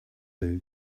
two